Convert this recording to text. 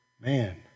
Man